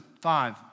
five